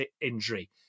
injury